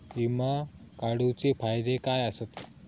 विमा काढूचे फायदे काय आसत?